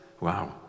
Wow